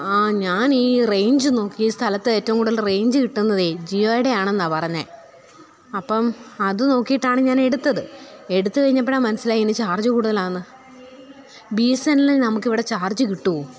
ആ ഞാൻ ഈ റേഞ്ച് നോക്കി സ്ഥലത്ത് ഏറ്റവും കൂടുതൽ റേഞ്ച് കിട്ടുന്നതേ ജിയോയ്ടെ ആണെന്നാ പറഞ്ഞത് അപ്പം അത് നോക്കിയിട്ടാണ് ഞാൻ എടുത്തത് എടുത്ത് കഴിഞ്ഞപ്പഴാ മനസിലായെ ഇതിന് ചാര്ജ് കൂടുതലാണെന്ന് ബീ എസ് എൻ എൽ ന് നമുക്ക് ഇവിടെ ചാര്ജ് കിട്ടുമോ